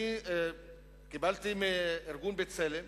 אני קיבלתי מידע מארגון "בצלם",